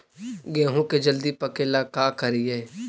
गेहूं के जल्दी पके ल का करियै?